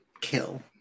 Kill